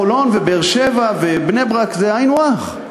חולון ובאר-שבע ובני-ברק הן היינו הך,